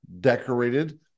decorated